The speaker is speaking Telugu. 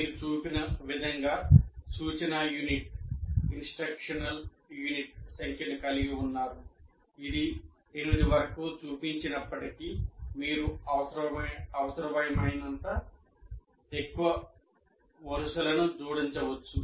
మీరు చూపిన విధంగా సూచనా యూనిట్ సంఖ్యను కలిగి ఉన్నారు ఇది 8 వరకు చూపించినప్పటికీ మీరు అవసరమైనంత ఎక్కువ వరుసలను జోడించవచ్చు